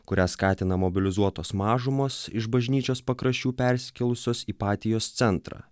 kurią skatina mobilizuotos mažumos iš bažnyčios pakraščių persikėlusios į patijos centrą